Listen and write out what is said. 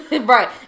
Right